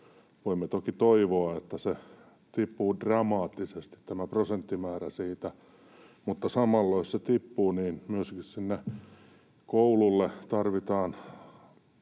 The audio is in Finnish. voimme toki toivoa, että tämä prosenttimäärä tippuu dramaattisesti siitä. Mutta samalla, jos se tippuu, myöskin sinne koululle tarvitaan